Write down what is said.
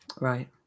Right